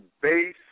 base